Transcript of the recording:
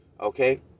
Okay